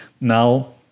now